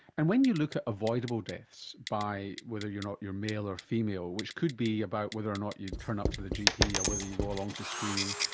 and when you look at avoidable deaths, by whether or not you are male or female, which could be about whether or not you turn up to the gp or whether you go along to screening,